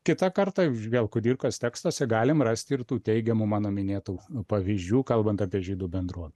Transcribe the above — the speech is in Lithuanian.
kitą kartą vėl kudirkos tekstuose galim rasti ir tų teigiamų mano minėtų pavyzdžių kalbant apie žydų bendruom